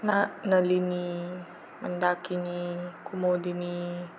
न नलिनी मंदाकिनी कुमोदिनी